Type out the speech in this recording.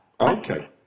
Okay